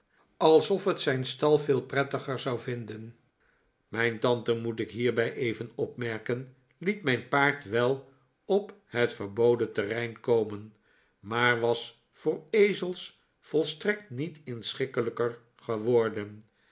alsof het zijn stal veel prettiger zou vinden mijn tante moet ik hierbij even opmerken liet mijn paard wel op het verboden terrein komen maar was voor ezels volstrekt niet inschikkelijker geworden